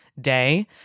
day